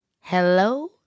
Hello